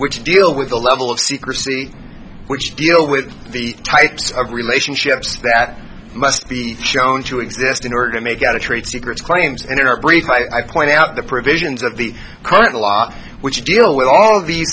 which deal with a level of secrecy which deal with the types of relationships that must be shown to exist in order to make out a trade secrets claims and in our brief i point out the provisions of the current law which deal with all of the